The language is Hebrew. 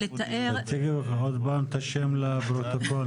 תציגי עוד פעם את השם לפרוטוקול.